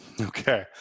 Okay